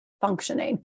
functioning